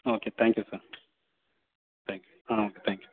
ah okay thank you sir thank you ah okay thank you